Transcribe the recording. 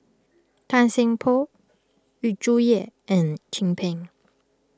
Tan Seng Poh Yu Zhuye and Chin Peng